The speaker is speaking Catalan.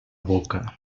boca